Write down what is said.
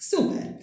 Super